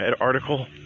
article